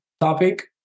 topic